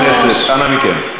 חברי הכנסת, אנא מכם.